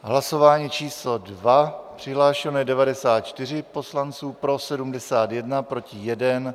Hlasování číslo 2. Přihlášeni 94 poslanci, pro 71, proti 1.